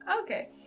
Okay